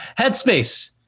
Headspace